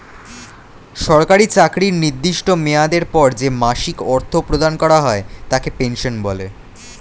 সরকারি চাকরির নির্দিষ্ট মেয়াদের পর যে মাসিক অর্থ প্রদান করা হয় তাকে পেনশন বলে